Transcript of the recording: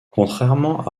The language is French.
contrairement